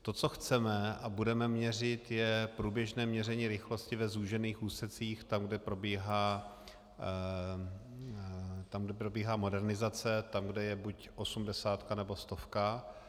To, co chceme a budeme měřit, je průběžné měření rychlosti ve zúžených úsecích, kde probíhá modernizace, tam, kde je buď osmdesátka, nebo stovka.